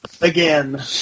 Again